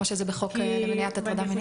כמו שזה בחוק למניעת הטרדה מינית?